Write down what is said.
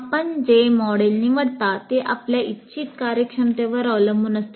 आपण जे मॉडेल निवडता ते आपल्या इच्छित कार्यक्षमतेवर अवलंबून असते